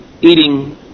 eating